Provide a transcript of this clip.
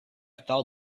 fell